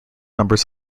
numbers